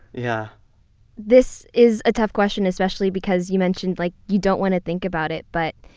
yeah this is a tough question, especially because you mentioned like you don't want to think about it. but,